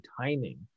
timing